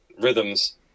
rhythms